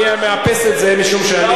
אני מאפס את זה, משום שאני,